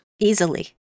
Easily